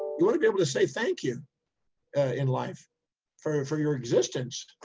you want to be able to say thank you in life for for your existence.